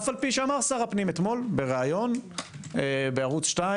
על אף שאמר שר הפנים אתמול בראיון בערוץ 2